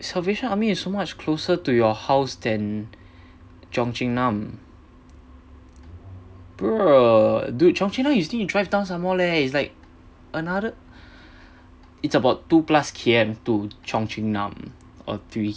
salvation army is so much closer to your house than cheong chin nam bruh dude cheong chin nam you still need drive down some more leh it's like another it's about two plus K_M to cheong chin nam or three